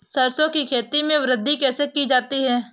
सरसो की खेती में वृद्धि कैसे की जाती है?